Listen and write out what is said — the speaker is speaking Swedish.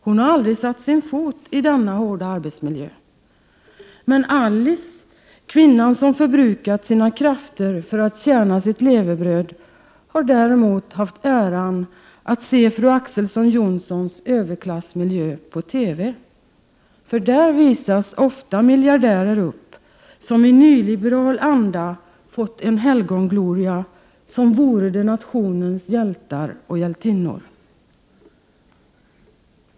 Hon har aldrig satt sin foti denna hårda arbetsmiljö. Men Alice, kvinnan som förbrukat sina krafter för att tjäna sitt levebröd, har däremot haft äran att se fru Ax:son Johnsons överklassmiljö på TV. För där visas ofta miljardärer upp, som i nyliberal anda fått en helgongloria som vore de nationens hjältar och hjältinnor.